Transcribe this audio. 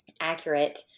accurate